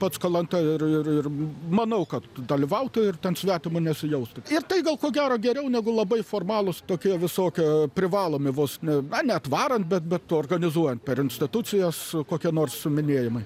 pats kalanta ir ir ir manau kad dalyvautų ir ten svetimu nesijaustų ir tai gal ko gero geriau negu labai formalūs tokie visokie privalomi vos ne ai neatvarant bet organizuojant per institucijas su kokie nors minėjimai